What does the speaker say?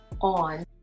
on